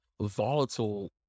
volatile